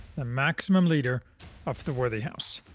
the maximum leader of the worthy house,